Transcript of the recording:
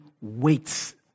waits